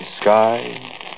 sky